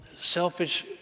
selfish